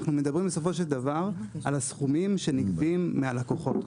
אנחנו מדברים בסופו של דבר על הסכומים שנגבים מהלקוחות,